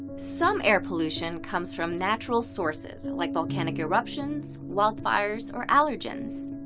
some air pollution comes from natural sources, like volcanic eruptions, wild fires, or allergens.